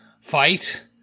fight